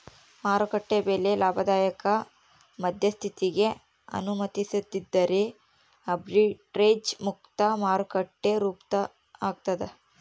ಮಾರುಕಟ್ಟೆ ಬೆಲೆ ಲಾಭದಾಯಕ ಮಧ್ಯಸ್ಥಿಕಿಗೆ ಅನುಮತಿಸದಿದ್ದರೆ ಆರ್ಬಿಟ್ರೇಜ್ ಮುಕ್ತ ಮಾರುಕಟ್ಟೆ ರೂಪಿತಾಗ್ತದ